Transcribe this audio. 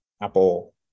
Apple